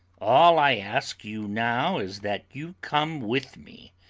all i ask you now is that you come with me,